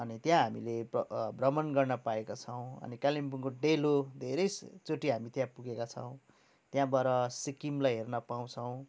अनि त्यहाँ हामीले भ्रमण गर्न पाएका छौँ अनि कालिम्पोङको डेलो धेरैचोटि हामी त्यहाँ पुगेका छौँ त्यहाँबाट सिक्किमलाई हेर्न पाउँछौँ